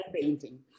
painting